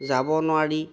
যাব নোৱাৰি